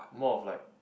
more of like